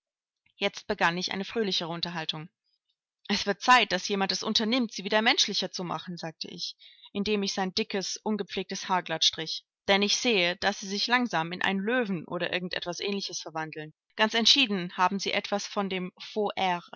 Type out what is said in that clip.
jetzt begann ich eine fröhlichere unterhaltung es wird zeit daß jemand es unternimmt sie wieder menschlicher zu machen sagte ich indem ich sein dickes ungepflegtes haar glatt strich denn ich sehe daß sie sich langsam in einen löwen oder irgend etwas ähnliches verwandeln ganz entschieden haben sie etwas von dem